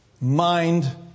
mind